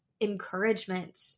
encouragement